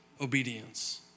Obedience